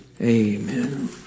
Amen